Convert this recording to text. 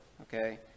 okay